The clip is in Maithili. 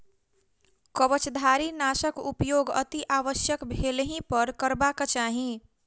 कवचधारीनाशक उपयोग अतिआवश्यक भेलहिपर करबाक चाहि